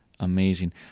amazing